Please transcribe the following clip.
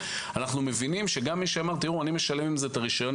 אנחנו מבינים שגם מי שאמר שהוא משלם עם זה את רישיון